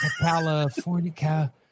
California